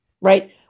right